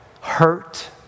hurt